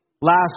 last